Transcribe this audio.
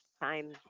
time